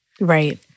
Right